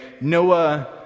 Noah